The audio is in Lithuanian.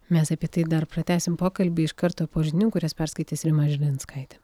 mes apie tai dar pratęsim pokalbį iš karto po žinių kurias perskaitys rima žilinskaitė